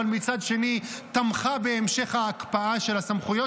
אבל מצד שני תמכה בהמשך ההקפאה של הסמכויות